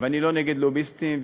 ואני לא נגד לוביסטים,